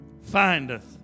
findeth